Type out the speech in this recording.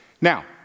Now